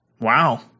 Wow